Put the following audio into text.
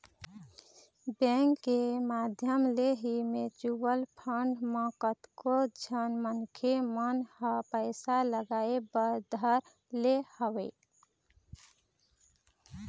bank के माधियम ले ही म्यूचुवल फंड म कतको झन मनखे मन ह पइसा लगाय बर धर ले हवय